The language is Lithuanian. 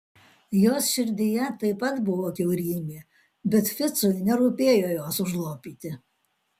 jos širdyje taip pat buvo kiaurymė bet ficui nerūpėjo jos užlopyti